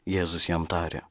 jėzus jam tarė